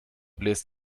bläst